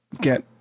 get